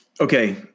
Okay